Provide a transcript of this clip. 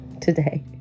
today